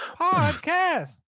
Podcast